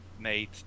made